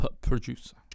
Producer